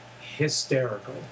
hysterical